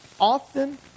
often